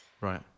right